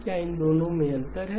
क्या इन दोनों में अंतर है